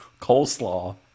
coleslaw